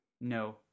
No